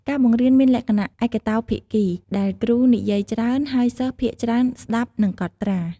ការបង្រៀនមានលក្ខណៈឯកតោភាគី ដែលគ្រូនិយាយច្រើន ហើយសិស្សភាគច្រើនស្ដាប់ និងកត់ត្រា។